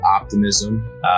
optimism